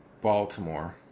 Baltimore